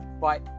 Bye